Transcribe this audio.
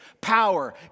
power